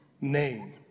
name